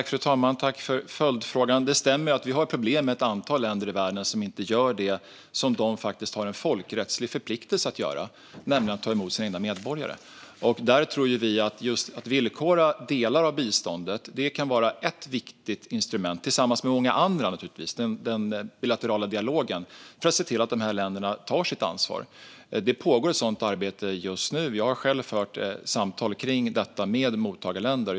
Fru talman! Jag tackar för följdfrågan. Det stämmer att vi har problem med att ett antal länder inte gör det de faktiskt har en folkrättslig förpliktelse att göra, nämligen ta emot sina egna medborgare. Där tror vi att ett villkorande av delar av biståndet kan vara ett viktigt instrument, givetvis tillsammans med många andra, i den bilaterala dialogen för att se till att dessa länder tar sitt ansvar. Det pågår ett sådant arbete just nu, och jag har själv fört samtal kring detta med mottagarländer.